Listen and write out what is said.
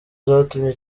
zatumye